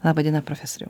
laba diena profesoriau